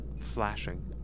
flashing